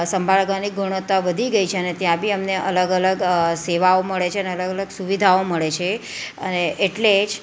સંભાળ રાખવાની ગુણવત્તા વધી ગઈ છે અને ત્યાં બી અમને અલગ અલગ સેવાઓ મળે છે ને અલગ અલગ સુવિધાઓ મળે છે અને એટલે જ